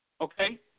Okay